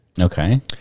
Okay